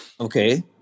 Okay